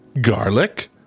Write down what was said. garlic